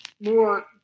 more